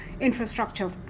infrastructure